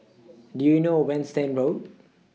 Do YOU know Winstedt Road